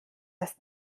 das